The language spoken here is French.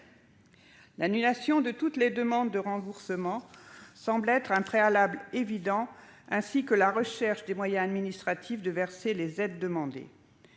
L'annulation de toutes les demandes de remboursement semble un préalable évident, de même que la recherche des moyens administratifs de verser les aides demandées.